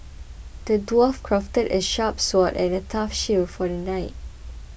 the dwarf crafted a sharp sword and a tough shield for the knight